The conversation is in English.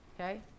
Okay